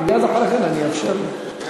מייד אחרי כן אני אאפשר לו.